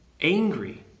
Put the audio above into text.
angry